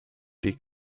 die